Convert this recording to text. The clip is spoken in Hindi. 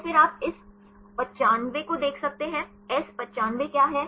और फिर आप इस 95 को देख सकते हैं S 95 क्या है